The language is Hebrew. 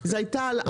זה הייתה הלאמה,